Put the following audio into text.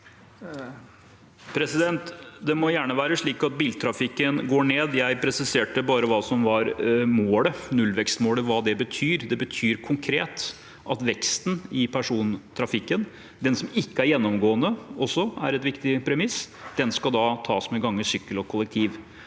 Det må gjerne være slik at biltrafikken går ned. Jeg presiserte bare hva som var målet, hva nullvekstmålet betyr. Det betyr konkret at veksten i persontrafikken, den som ikke er gjennomgående, det er også et viktig premiss, skal tas med gange, sykkel og kollektiv.